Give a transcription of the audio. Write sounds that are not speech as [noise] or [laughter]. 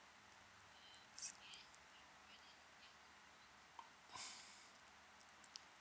[breath]